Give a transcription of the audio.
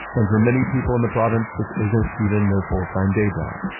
and for many people in the province, this isn't even their full-time day job.